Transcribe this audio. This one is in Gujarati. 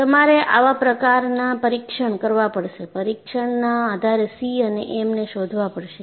તમારે આવા પ્રકારના પરીક્ષણ કરવા પડશે પરીક્ષણ ના આધારે c અને m ને શોધવા પડશે